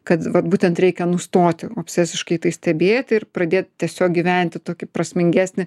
kad vat būtent reikia nustoti obsesiškai į tai stebėti ir pradėt tiesiog gyventi tokį prasmingesnį